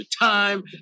time